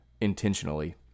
intentionally